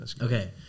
Okay